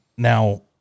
now